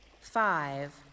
Five